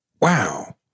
Wow